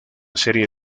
serie